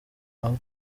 aho